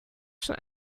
schon